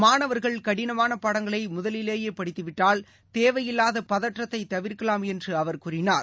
மாணவர்கள் கடினமான பாடங்களை முதலிலேயே படித்துவிட்டால் தேவையில்லாத பதற்றத்தை தவிர்க்கலாம் என்று அவர் கூறினார்